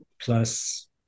Plus